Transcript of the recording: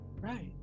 Right